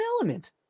element